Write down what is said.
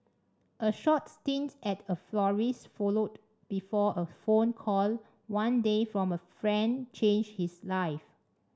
a short stint at a florist's followed before a phone call one day from a friend changed his life